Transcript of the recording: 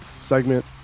segment